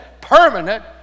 permanent